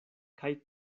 kaj